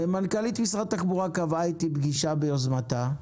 מנכ"לית משרד התחבורה קבעה איתי פגישה ביוזמתה,